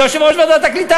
ליושב-ראש ועדת הקליטה,